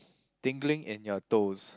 tingling in your toes